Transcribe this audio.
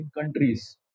countries